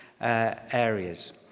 areas